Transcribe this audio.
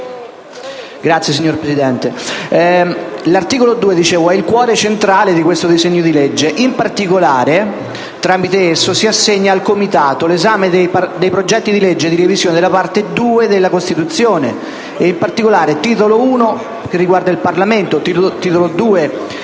ringrazio, signor Presidente.